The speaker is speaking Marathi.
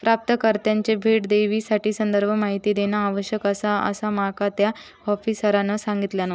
प्राप्तकर्त्याने थेट ठेवीसाठी संदर्भ माहिती देणा आवश्यक आसा, असा माका त्या आफिसरांनं सांगल्यान